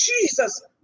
Jesus